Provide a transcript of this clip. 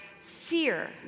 fear